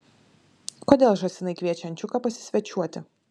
kodėl žąsinai kviečia ančiuką pasisvečiuoti